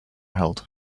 held